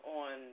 on